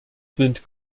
sind